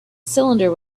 cylinder